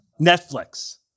Netflix